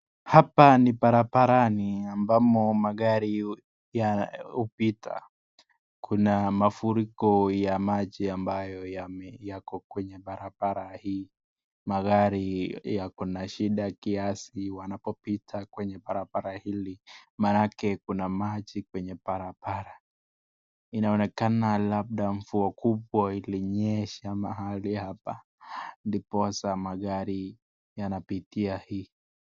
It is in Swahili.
Hapa ni barabarani ambamo magari hupita, kuna mafuriko ya maji ambayo yame yako kwenye barabara hii. Magari yako na shida kiasi yanapopita kwenye barabara hili, manake kuna maji kwenye barabara. Inaonekana labda mvua kubwa ilinyesha mahali hapa ndiposa magari yanapitia hii.